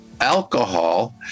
alcohol